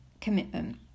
commitment